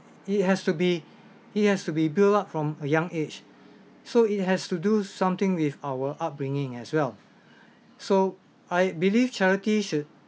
it has to be it has to be built up from a young age so it has to do something with our upbringing as well so I believe charity should